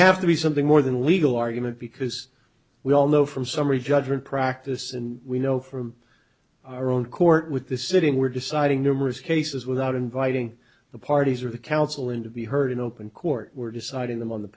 have to be something more than a legal argument because we all know from summary judgment practice and we know from our own court with this sitting we're deciding numerous cases without inviting the parties or the council in to be heard in open court we're deciding them on the